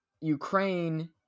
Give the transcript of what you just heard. Ukraine